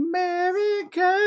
America